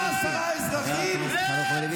ואני מצטט ובכך מסיים, אדוני.